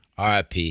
RIP